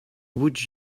would